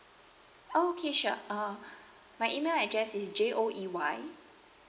okay sure uh my email address is J O E Y